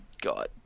got